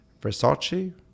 Versace